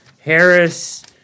Harris